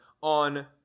on